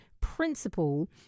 principle